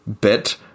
bit